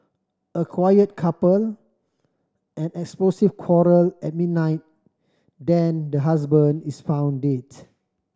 a quiet couple an explosive quarrel at midnight then the husband is found dead